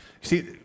See